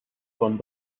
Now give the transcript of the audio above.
con